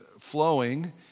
flowing